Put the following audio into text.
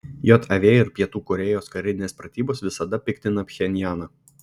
jav ir pietų korėjos karinės pratybos visada piktina pchenjaną